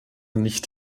nicht